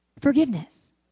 forgiveness